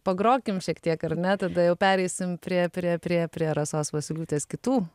pagrokim šiek tiek ar ne tada jau pereisim prie prie prie prie rasos vosyliūtės kitų